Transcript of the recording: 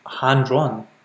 hand-drawn